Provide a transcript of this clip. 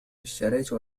اشترت